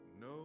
no